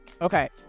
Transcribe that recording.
okay